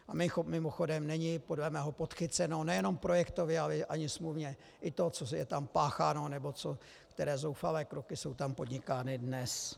A mimochodem, není podle mého podchyceno nejenom projektově, ale ani smluvně i to, co je tam pácháno nebo které zoufalé kroky jsou tam podnikány dnes.